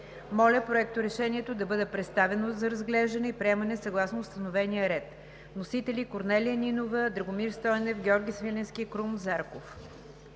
Моля Проектът на решение да бъде представен за разглеждане и приемане съгласно установения ред.“